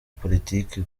politiki